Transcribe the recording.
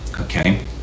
okay